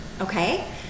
Okay